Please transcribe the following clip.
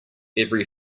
every